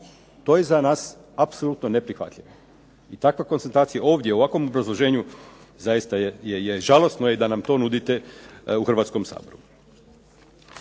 To je za nas apsolutno neprihvatljivo. I takva konstatacija ovdje u ovakvom obrazloženju zaista je žalosno je da nam to nudite u Hrvatskom saboru.